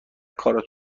کارت